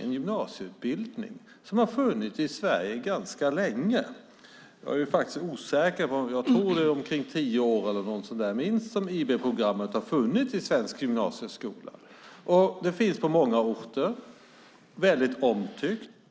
en gymnasieutbildning som har funnits i Sverige ganska länge. Jag är osäker, men jag tror att IB-programmet har funnits i minst tio år i svensk gymnasieskola. Det finns på många orter, och det är väldigt omtyckt.